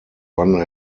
run